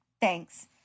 Thanks